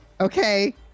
Okay